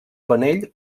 panell